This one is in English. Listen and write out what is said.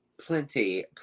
Plenty